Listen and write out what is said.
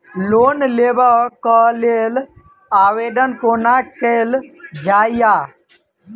Loan लेबऽ कऽ लेल आवेदन कोना कैल जाइया?